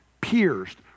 pierced